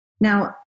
Now